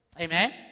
Amen